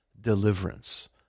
deliverance